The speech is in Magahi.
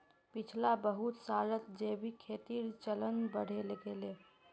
पिछला बहुत सालत जैविक खेतीर चलन बढ़े गेले